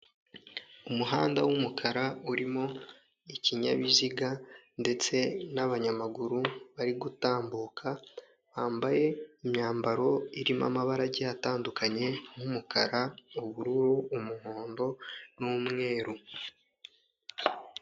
Umuhanda w'umukara urimo ikinyabiziga ndetse n'abanyamaguru bari gutambuka bambaye imyambaro irimo amabara agiye atandukanye nk'umukara, ubururu, umuhondo n'umweru.